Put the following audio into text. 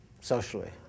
socially